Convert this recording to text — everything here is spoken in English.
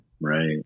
right